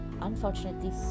Unfortunately